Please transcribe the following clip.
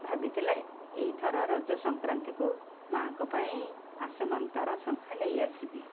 ଭାବିଥିଲା ଏଇଥର ରଜ ସଂକ୍ରାନ୍ତିକୁ ମାଆଙ୍କ ପାଇଁ ଆସମାନ୍ ତାରା ଶଙ୍ଖା ନେଇଆସିବି